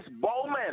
bowman